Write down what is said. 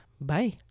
Bye